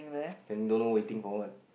still don't know waiting for what